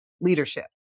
leadership